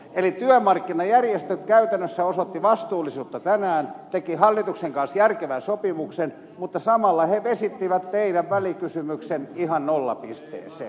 eli työmarkkinajärjestöt käytännössä osoittivat vastuullisuutta tänään tekivät hallituksen kanssa järkevän sopimuksen mutta samalla he vesittivät teidän välikysymyksenne ihan nollapisteeseen